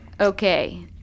Okay